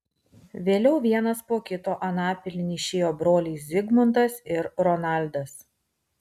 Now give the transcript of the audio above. vėliau vienas po kito anapilin išėjo broliai zigmundas ir ronaldas